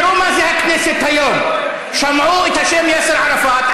תראו מה הכנסת היום: שמעו את השם יאסר ערפאת,